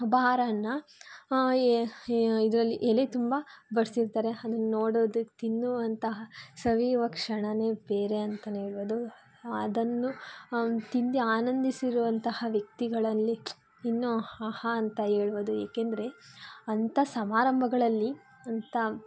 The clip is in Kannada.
ಇದರಲ್ಲಿ ಎಲೆ ತುಂಬ ಬಡ್ಸಿರ್ತಾರೆ ಅದನ್ನ ನೋಡೋದು ತಿನ್ನುವಂತಹ ಸವಿಯುವ ಕ್ಷಣನೇ ಬೇರೆಯಂತನೇ ಹೇಳ್ಬೋದು ಅದನ್ನು ತಿಂದಿ ಆನಂದಿಸಿರುವಂತಹ ವ್ಯಕ್ತಿಗಳಲ್ಲಿ ಇನ್ನು ಹಾಹಾ ಅಂತ ಹೇಳ್ಬೋದು ಯಾಕಂದರೆ ಅಂಥ ಸಮಾರಂಭಗಳಲ್ಲಿ ಅಂಥ